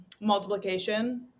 multiplication